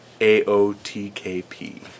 A-O-T-K-P